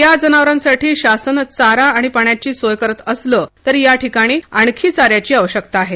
या जनावरांसाठी शासन चारा आणि पाण्याची सोय करत असलं तरी या ठिकाणी आणखी चाऱ्याची आवश्यकता आहे